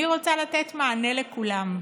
אני רוצה לתת מענה לכולם.